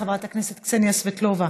חברת הכנסת קסניה סבטלובה,